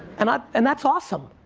and um and that's awesome,